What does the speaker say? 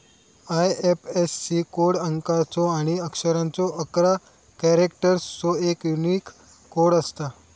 IFSC code अंकाचो आणि अक्षरांचो अकरा कॅरेक्टर्सचो एक यूनिक कोड असता